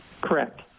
Correct